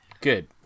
Good